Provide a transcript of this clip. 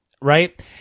Right